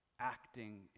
Acting